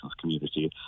community